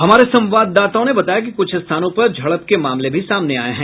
हमारे संवददाताओं ने बताया कि कुछ स्थानों पर झड़प के मामले भी सामने आये हैं